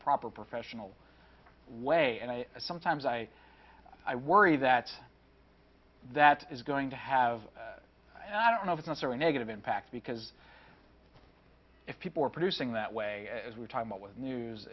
proper professional way and i sometimes i i worry that that is going to have i don't know it's also a negative impact because if people are producing that way as we're talking about with news